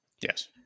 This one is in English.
Yes